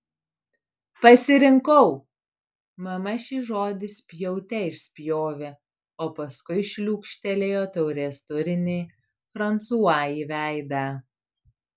pasirinkau mama šį žodį spjaute išspjovė o paskui šliūkštelėjo taurės turinį fransua į veidą